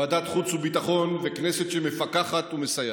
ועדת חוץ וביטחון וכנסת שמפקחת ומסייעת.